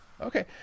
okay